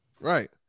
Right